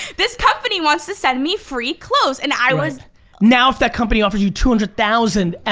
this company wants to send me free clothes and i was now if that company offers you two hundred thousand, and